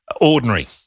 ordinary